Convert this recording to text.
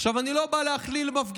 עכשיו, אני לא בא להכליל מפגינים